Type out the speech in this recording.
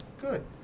Good